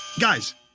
Guys